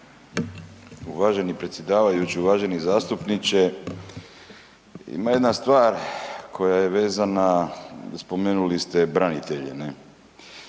Uvaženi predsjedavajući, uvaženi zastupniče ima jedna stvar koja je vezana, spomenuli ste branitelje